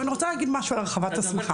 אני רוצה להגיד משהו על הרחבת הסמכה.